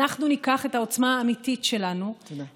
אנחנו ניקח את העוצמה האמיתית שלנו, תודה.